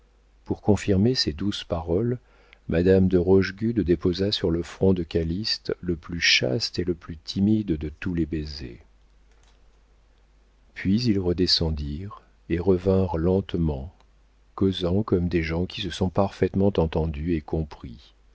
pour confirmer ses douces paroles madame de rochegude déposa sur le front de calyste le plus chaste et le plus timide de tous les baisers puis ils redescendirent et revinrent lentement causant comme des gens qui se sont parfaitement entendus et compris